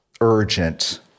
urgent